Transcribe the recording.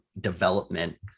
development